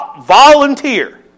Volunteer